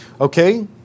Okay